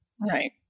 Right